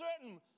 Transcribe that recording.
Certain